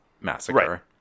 massacre